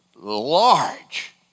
large